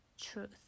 truth